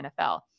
NFL